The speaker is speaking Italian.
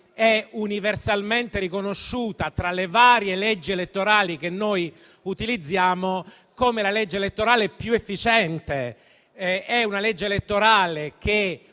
è universalmente riconosciuta, tra le varie leggi elettorali che utilizziamo, come la legge elettorale più efficiente. È una legge elettorale che